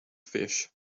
fish